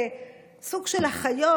סוג של אחיות,